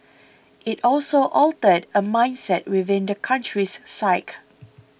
it also altered a mindset within the country's psyche